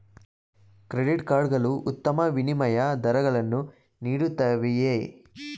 Credit card ಗಳು ಉತ್ತಮ ವಿನಿಮಯ ದರಗಳನ್ನು ನೀಡುತ್ತವೆಯೇ?